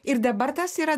ir dabar tas yra